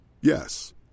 Yes